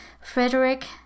Frederick